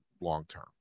long-term